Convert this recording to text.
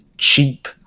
cheap